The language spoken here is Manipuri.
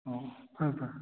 ꯑꯣ ꯐꯔꯦ ꯐꯔꯦ